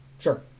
Sure